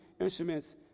Instruments